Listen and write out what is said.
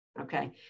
Okay